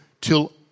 till